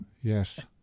Yes